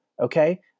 okay